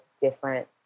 different